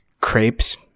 crepes